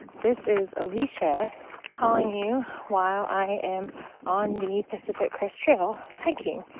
this is alicia calling you while i am on the pacific crest trail hiking.